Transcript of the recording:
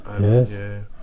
Yes